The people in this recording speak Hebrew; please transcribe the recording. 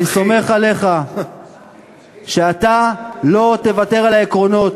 אני סומך עליך שאתה לא תוותר על העקרונות,